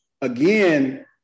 again